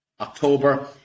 October